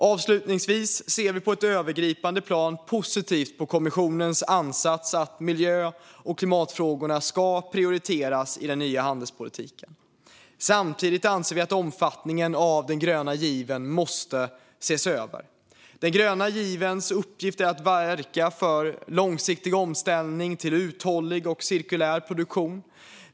Avslutningsvis ser vi på ett övergripande plan positivt på kommissionens ansats att miljö och klimatfrågorna ska prioriteras i den nya handelspolitiken. Samtidigt anser vi att omfattningen av den gröna given måste ses över. Den gröna givens uppgift är att verka för långsiktig omställning till uthållig och cirkulär produktion.